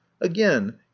again